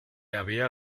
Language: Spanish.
había